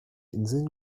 inseln